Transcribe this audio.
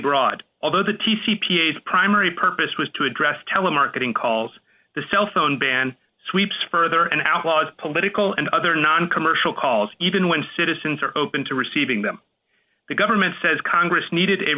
broad although the t c p eight primary purpose was to address telemarketing calls the cell phone ban sweeps further and outlaws political and other noncommercial calls even when citizens are open to receiving them the government says congress needed a